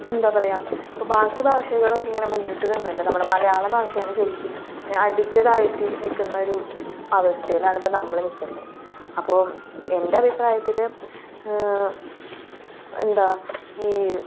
എന്താ പറയുക ഇപ്പം ബാക്കി ഭാഷകളൊക്കെ ഇങ്ങനെ മുന്നിട്ട് നിന്നിട്ടുണ്ട് നമ്മുടെ മലയാളഭാഷേനെ ശരിക്കും അടിച്ച് താഴ്ത്തി നിൽക്കുന്ന ഒരു അവസ്ഥയിലാണ് ഇപ്പം നമ്മൾ നിൽക്കുന്നത് അപ്പോൾ എൻ്റെ അഭിപ്രായത്തിൽ എന്താ ഈ